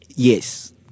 Yes